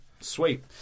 sweet